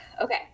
Okay